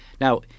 Now